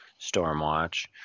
Stormwatch